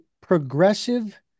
progressive